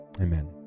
Amen